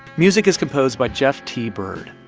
music is composed by jeff t. byrd.